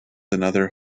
another